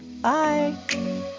Bye